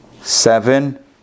seven